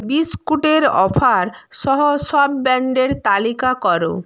বিস্কুটের অফার সহ সব ব্র্যান্ডের তালিকা করো